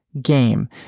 game